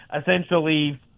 essentially